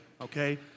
okay